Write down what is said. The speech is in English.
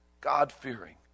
God-fearing